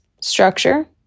Structure